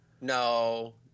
No